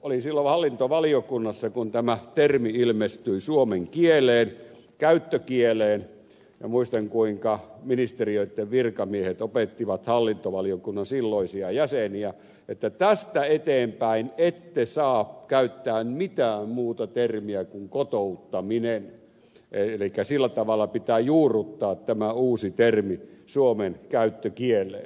olin silloin hallintovaliokunnassa kun tämä termi ilmestyi suomen käyttökieleen ja muistan kuinka ministeriöitten virkamiehet opettivat hallintovaliokunnan silloisia jäseniä että tästä eteenpäin ette saa käyttää mitään muuta termiä kuin kotouttaminen elikkä sillä tavalla pitää juurruttaa tämä uusi termi suomen käyttökieleen